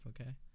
okay